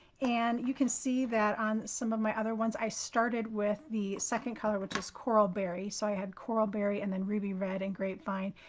and you can see that on some of my other ones. i started with the second color, which is coral berry. so i had coral berry and then ruby red and grapevine.